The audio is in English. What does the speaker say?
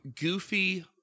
Goofy